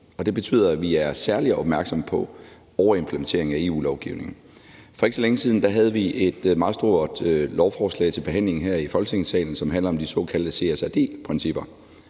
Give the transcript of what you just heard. Det betyder, at vi er særlig opmærksomme på overimplementering af EU-lovgivningen. For ikke så længe siden havde vi et meget stort lovforslag til behandling her i Folketingssalen. Det handlede om de såkaldte CSRD-principper,